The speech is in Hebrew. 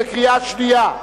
בקריאה שנייה.